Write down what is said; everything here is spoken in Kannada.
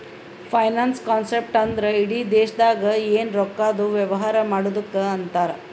ಫೈನಾನ್ಸ್ ಕಾನ್ಸೆಪ್ಟ್ ಅಂದ್ರ ಇಡಿ ದೇಶ್ದಾಗ್ ಎನ್ ರೊಕ್ಕಾದು ವ್ಯವಾರ ಮಾಡದ್ದುಕ್ ಅಂತಾರ್